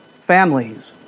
families